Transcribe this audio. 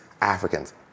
Africans